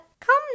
Come